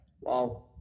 Wow